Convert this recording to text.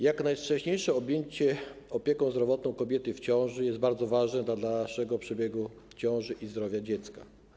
Jak najwcześniejsze objęcie opieką zdrowotną kobiety w ciąży jest bardzo ważne dla dalszego przebiegu ciąży i zdrowia dziecka.